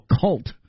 cult